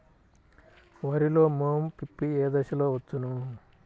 వరిలో మోము పిప్పి ఏ దశలో వచ్చును?